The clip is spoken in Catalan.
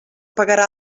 pagarà